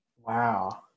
Wow